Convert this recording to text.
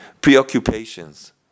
preoccupations